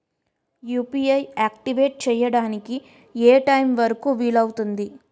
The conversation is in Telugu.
యు.పి.ఐ ఆక్టివేట్ చెయ్యడానికి ఏ టైమ్ వరుకు వీలు అవుతుంది?